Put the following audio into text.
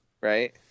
right